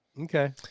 Okay